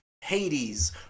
Hades